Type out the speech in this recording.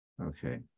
Okay